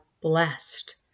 blessed